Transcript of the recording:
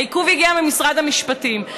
העיכוב הגיע ממשרד המשפטים.